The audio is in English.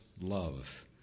love